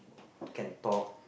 can talk